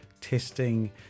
testing